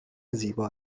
زیبا